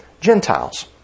Gentiles